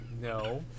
no